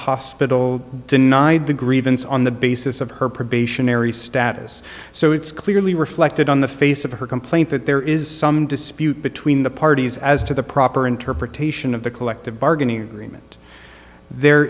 hospital denied the grievance on the basis of her probationary status so it's clearly reflected on the face of her complaint that there is some dispute between the parties as to the proper interpretation of the collective bargaining agreement there